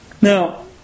now